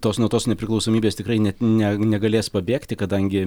tos nuo tos nepriklausomybės tikrai net ne negalės pabėgti kadangi